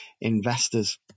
investors